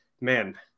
man